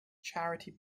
charity